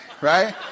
right